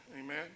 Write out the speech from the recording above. Amen